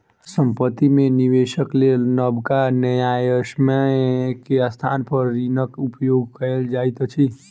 संपत्ति में निवेशक लेल नबका न्यायसम्य के स्थान पर ऋणक उपयोग कयल जाइत अछि